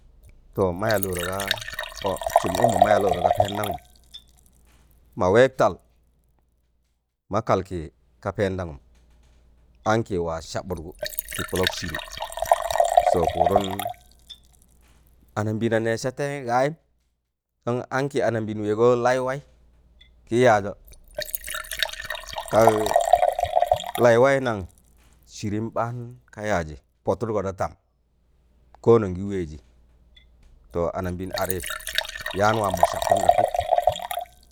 To ma yaa lọọro ga ọ sụm ụkmọ maya lọọro ̣ka pẹẹndagụm ma wẹẹg tal ma kalkịị ka pẹẹdagụm ankị waa sabụdgụ tị kụlọk sịrị so pụụdụn anabịịna nẹẹ satẹịyẹ gayịm ankị anabịịna wẹẹgọ laị waị kị yaajọ kag laị waị nan sịrịm ɓaan ka yaajị pọtụdgọ da tam ko non kị wẹẹjị to anambịịn adị yaam waam mọ sabtụn ga pịp